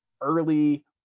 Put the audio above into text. early